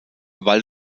weil